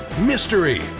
mystery